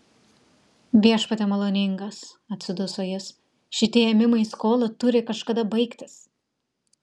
viešpatie maloningas atsiduso jis šitie ėmimai į skolą turi kažkada baigtis